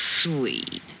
sweet